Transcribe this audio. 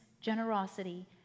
generosity